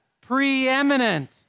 Preeminent